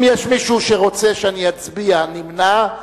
אם יש מישהו שרוצה שאני אצביע נמנע,